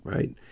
Right